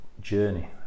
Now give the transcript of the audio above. journey